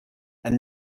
and